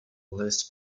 list